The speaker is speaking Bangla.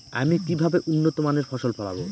আমি কিভাবে উন্নত মানের ফসল ফলাব?